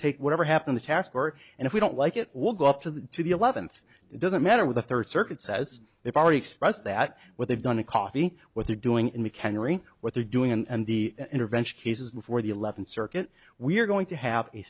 take whatever happened the task or and if we don't like it will go up to the to the eleventh doesn't matter with the third circuit says they've already expressed that what they've done in coffee what they're doing in mchenry what they're doing and the intervention cases before the eleventh circuit we're going to have a